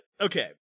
okay